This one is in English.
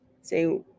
Say